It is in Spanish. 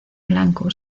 blanco